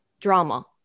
drama